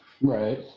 Right